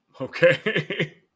Okay